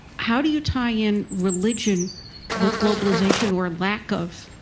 how do you tie in religion with globalization or a lack of?